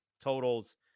totals